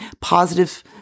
positive